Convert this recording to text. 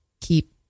keep